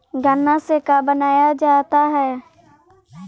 गान्ना से का बनाया जाता है?